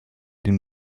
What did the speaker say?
den